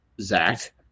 Zach